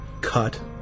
Cut